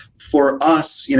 for us, you know